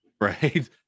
right